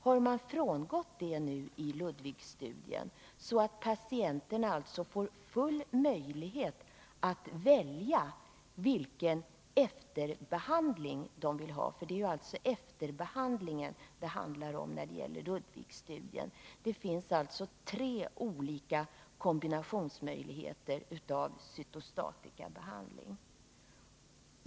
Har man frångått detta i Ludwigstudien, så att patienterna alltså får fullständiga möjligheter att välja efterbehandling? Det är efterbehandlingen det handlar om när det gäller Ludwigstudien. Det finns tre olika kombinationsmöjligheter vid cytostatikabehandling.